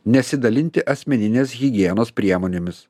nesidalinti asmeninės higienos priemonėmis